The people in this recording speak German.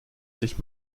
sich